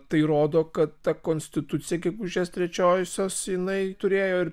tai rodo kad ta konstitucija gegužės trečiosios jinai turėjo ir